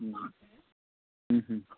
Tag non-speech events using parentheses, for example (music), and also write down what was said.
(unintelligible)